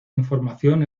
información